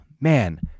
man